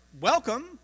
welcome